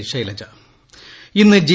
ഷൈലജ ഇന്ന് ജി